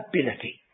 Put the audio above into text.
ability